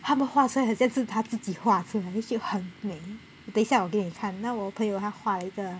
他们画出来很像是他自己画出来就很美等一下我给你看那我朋友画了一个